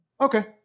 okay